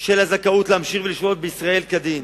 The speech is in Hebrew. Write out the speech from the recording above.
של הזכאות להמשיך ולשהות בישראל כדין.